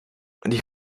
die